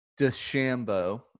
DeChambeau